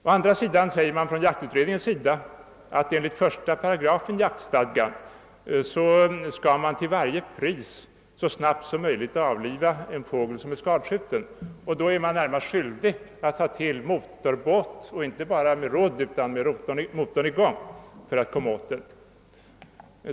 Å andra sidan säger jaktutredningen, att man enligt 18 jaktstadgan till varje pris så snabbt som möjligt skall avliva en fågel som är skadskjuten och att man därvid närmast är skyldig att använda motorbåt — inte bara med rodd, utan med motorn i gång — för att fort komma åt den.